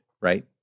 right